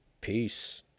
Peace